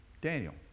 Daniel